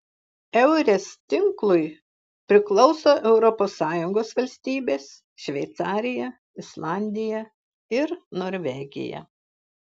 eures tinklui priklauso europos sąjungos valstybės šveicarija islandija ir norvegija